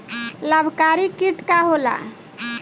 लाभकारी कीट का होला?